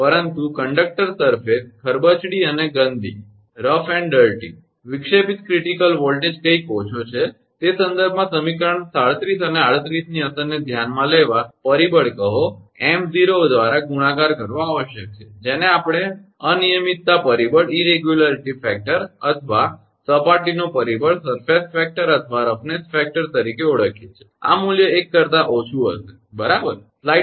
પરંતુ કંડક્ટર સપાટી ખરબચડી અને ગંદી છે વિક્ષેપિત ક્રિટિકલ વોલ્ટેજ કંઈક ઓછો છે તે સંદર્ભમાં સમીકરણ 37 અને 38 ની અસરને ધ્યાનમાં લેવા પરિબળ કહો 𝑚0 દ્વારા ગુણાકાર કરવો આવશ્યક છે જેને આપણે અનિયમિતતા પરિબળ અથવા સપાટીનો પરિબળ અથવા રફનેસ ફેક્ટર તરીકે ઓળખીએ છીએ આ મૂલ્ય 1 કરતા ઓછું હશે બરાબર